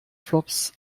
flops